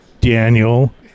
Daniel